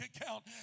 account